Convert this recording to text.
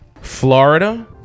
Florida